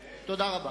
תודה.